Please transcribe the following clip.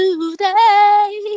Today